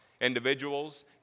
individuals